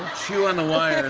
chew on the wire.